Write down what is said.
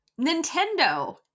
Nintendo